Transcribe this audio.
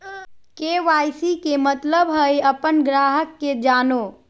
KYC के मतलब हइ अपन ग्राहक के जानो